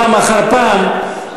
פעם אחר פעם,